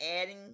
adding